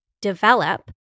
develop